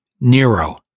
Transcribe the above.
Nero